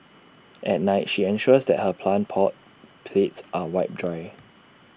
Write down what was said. at night she ensures that her plant pot plates are wiped dry